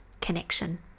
connection